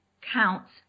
counts